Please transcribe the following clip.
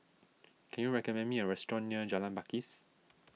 can you recommend me a restaurant near Jalan Pakis